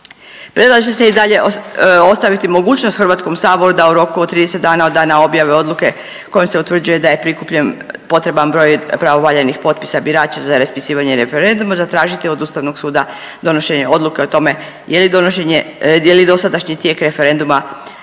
Predlaže se i dalje ostaviti mogućnost Hrvatskom saboru da u roku od 30 dana od dana objave odluke kojom se utvrđuje da je prikupljen potreban broj pravovaljanih potpisa birača za raspisivanja referenduma zatražiti od Ustavnog suda donošenje odluke o tome je li dosadašnji tijek referenduma